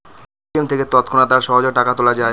ATM থেকে তৎক্ষণাৎ আর সহজে টাকা তোলা যায়